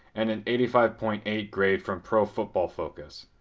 and an eighty five point eight grade from pro football focus.